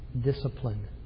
Discipline